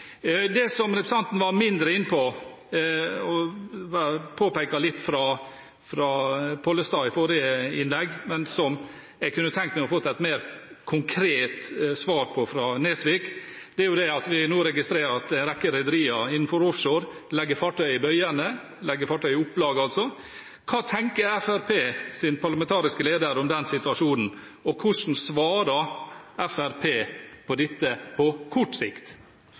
Det som representanten var mindre inne på, som ble litt påpekt av Pollestad i forrige replikk, og som jeg kunne tenkt meg å ha fått et mer konkret svar på fra Nesvik, er at vi nå registrerer at en rekke rederier innenfor offshore legger fartøy i bøyene – altså legger fartøy i opplag. Hva tenker Fremskrittspartiets parlamentariske leder om den situasjonen, og hvordan svarer Fremskrittspartiet på dette på kort sikt?